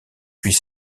puis